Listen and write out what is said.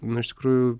nu iš tikrųjų